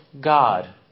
God